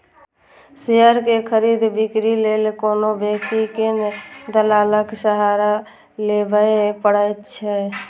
share के खरीद, बिक्री लेल कोनो व्यक्ति कें दलालक सहारा लेबैए पड़ै छै